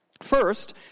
First